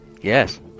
Yes